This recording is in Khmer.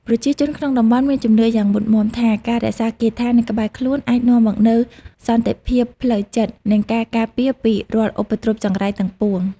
ប្រជាជនក្នុងតំបន់មានជំនឿយ៉ាងមុតមាំថាការរក្សាគាថានៅក្បែរខ្លួនអាចនាំមកនូវសន្តិភាពផ្លូវចិត្ត និងការការពារពីរាល់ឧបទ្រពចង្រៃទាំងពួង។